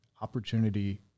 opportunity